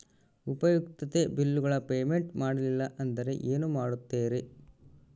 ಉಪಯುಕ್ತತೆ ಬಿಲ್ಲುಗಳ ಪೇಮೆಂಟ್ ಮಾಡಲಿಲ್ಲ ಅಂದರೆ ಏನು ಮಾಡುತ್ತೇರಿ?